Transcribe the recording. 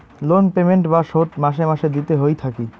loan payment বা শোধ মাসে মাসে দিতে হই থাকি